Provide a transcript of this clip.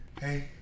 hey